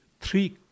three